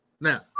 Now